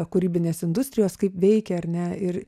kūrybinės industrijos kaip veikia ar ne ir